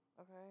Okay